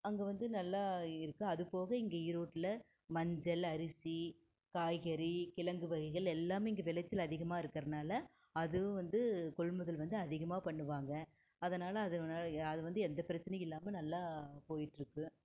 அங்கே வந்து நல்லா இருக்குது அதுப்போக இங்கே ஈரோட்டில் மஞ்சள் அரிசி காய்கறி கிழங்கு வகைகள் எல்லாமே இங்கே விளைச்சல் அதிகமாக இருக்கிறனால அதுவும் வந்து கொள்முதல் வந்து அதிகமாக பண்ணுவாங்க அதனாலே அது வ அது வந்து எந்த பிரச்சினையும் இல்லாமல் நல்லா போயிட்டுருக்குது